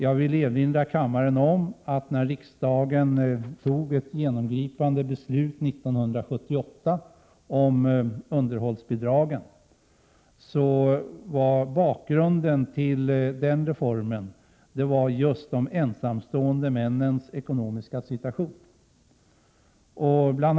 Jag vill erinra kammaren om att när riksdagen 1978 fattade ett genomgripande beslut om underhållsbidragen, var bakgrunden till reformen just de ensamstående männens ekonomiska situation. Bl.